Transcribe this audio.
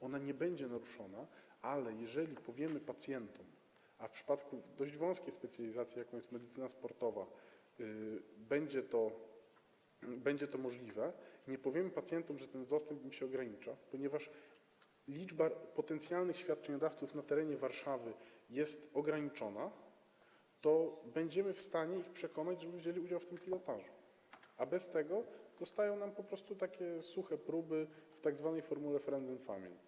Ona nie będzie naruszona, ale jeżeli powiemy pacjentom - a w przypadku dość wąskiej specjalizacji, jaką jest medycyna sportowa, będzie to możliwe - że ten dostęp im się ogranicza, ponieważ liczba potencjalnych świadczeniodawców na terenie Warszawy jest ograniczona, to będziemy w stanie ich przekonać, żeby wzięli udział w tym pilotażu, a bez tego zostają nam po prostu takie suche próby w tzw. formule friend and family.